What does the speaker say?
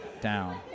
down